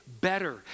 better